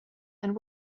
and